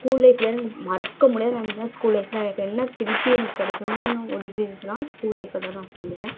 school லைஃப்லன்னு மறக்க முடியாத மெமரின்னால் ஸ்கூல் லைஃப் தான் எனக்கு என்ன திருப்பி எனக்கு கிடைக்கணுன்னா ஒரு இது இருந்துச்சுனால் ஸ்கூல் லைஃபை தான் நான் சொல்லுவேன்